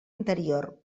interior